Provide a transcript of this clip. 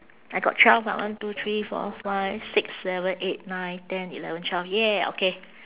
I got twelve ah one two three four five six seven eight nine ten eleven twelve !yay! okay